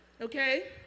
okay